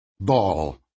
ball